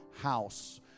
house